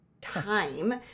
time